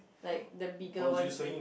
like the bigger ones with